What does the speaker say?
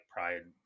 Pride